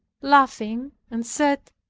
laughing, and said,